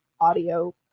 audio